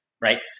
right